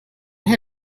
her